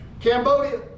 Cambodia